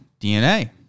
DNA